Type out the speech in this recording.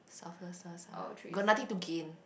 ah got nothing to gain